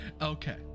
Okay